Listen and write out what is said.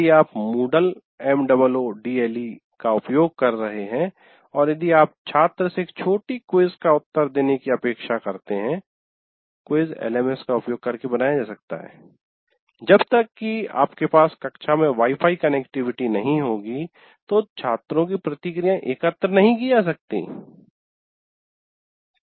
यदि आप MOODLE का उपयोग कर रहे हैं और यदि आप छात्र से एक छोटी क्विज का उत्तर देने की अपेक्षा करते हैं क्विज़ LMS का उपयोग करके बनाया जा सकता है जब तक कि आपके पास कक्षा में वाई फाई कनेक्टिविटी नहीं होगी तो छात्रों की प्रतिक्रियाएँ एकत्र नहीं की जा सकतीं